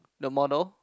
the model